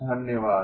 धन्यवाद